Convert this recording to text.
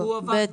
חולקו בפועל?